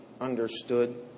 understood